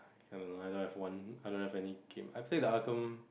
I don't know I don't have one I don't have any game I played the